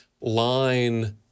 line